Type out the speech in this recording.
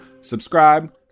subscribe